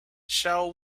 shall